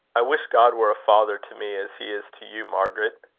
i wish god were a father to me as he is to you, margaret.